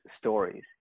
stories